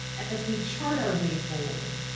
as we chart our way forward,